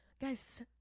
Guys